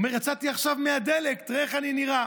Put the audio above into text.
הוא אומר: יצאתי עכשיו מהדלק, תראה איך אני נראה.